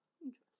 interesting